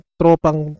tropang